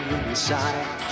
inside